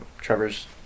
Trevor's